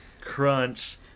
Crunch